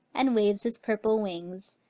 and waves his purple wings,